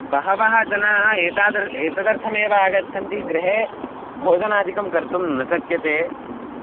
बहवः जनाः एतादृ एतदर्थमेव आगच्छन्ति गृहे भोजनादिकं कर्तुं न शक्यते